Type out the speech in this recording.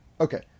Okay